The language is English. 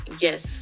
yes